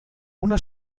una